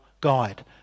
Guide